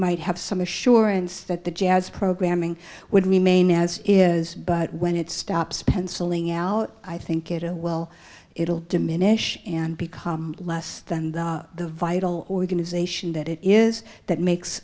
might have some assurance that the jazz programming would remain as is but when it stops penciling out i think it well it will diminish and become less than the vital organization that it is that makes